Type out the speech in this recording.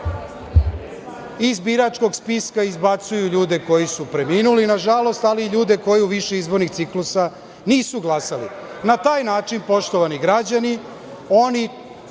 Iz biračkog spiska izbacuju ljude koji su preminuli nažalost, ali i ljude koji u više izbornih ciklusa nisu glasali. Na taj način, poštovani građani, oni